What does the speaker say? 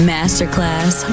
Masterclass